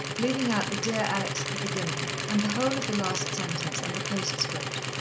leaving out the dear alex at the beginning, and the whole of the last sentence and the postscript.